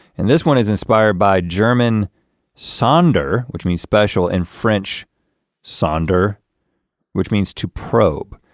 and this one is inspired by german sonder, which means special and french sonder which means to probe.